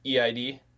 EID